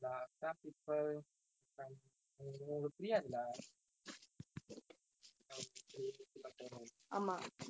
அவங்க எப்படி எப்படிப்பட்டவங்கனு:avanga eppadi eppadippattavanganu